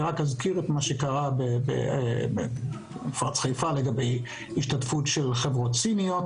אזכיר את מה שקרה במפרץ חיפה לגבי השתתפות שלחברות סיניות